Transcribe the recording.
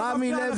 רמי לוי.